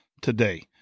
today